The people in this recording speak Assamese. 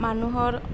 মানুহৰ